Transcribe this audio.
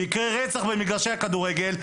ויקרה רצח במגרשי הכדורגל,